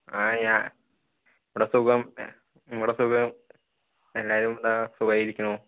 ആ ഞാൻ ഇവിടെ സുഖം ഇവിടെ സുഖം എല്ലാരും ദാ സുഖമായി ഇരിക്കുന്നു